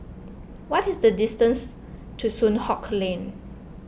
what is the distance to Soon Hock Lane